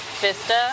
Vista